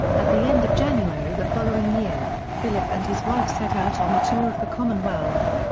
at the end of january the following year, philip and his wife set out on a tour of the commonwealth.